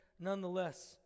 nonetheless